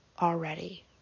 already